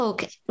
Okay